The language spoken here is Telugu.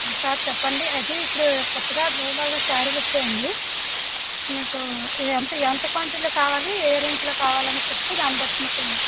ఆ సార్ చెప్పండి అయితే ఇప్పుడు కొత్తగా న్యూ మోడల్ సారీలు వచ్చాయి అండి మీకు ఎంత ఎంత క్వాంటిటీలో కావాలి ఏ రేంజ్లో కావాలని చెప్తే దాన్ని బట్టి మాకు